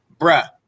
bruh